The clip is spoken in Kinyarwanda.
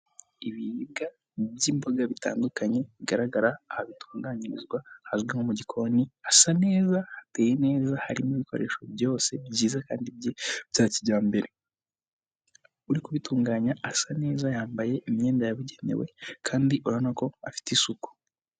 Ibiribwa by'imboga bitandukanye bigaragara ahantu bitunganyirizwa hazwi nko mu gikoni, hasa neza, hateye neza, harimo ibikoresho byose byiza kandi bya kijyambere. Uri kubitunganya asa neza, yambaye imyenda yabugenewe kandi urabona ko afite isuku.